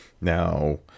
Now